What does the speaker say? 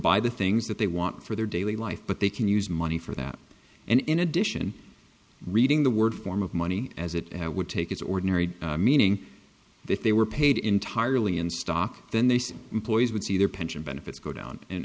buy the things that they want for their daily life but they can use money for that and in addition reading the word form of money as it would take its ordinary meaning that they were paid entirely in stock then they see employees would see their pension benefits go down and